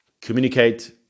communicate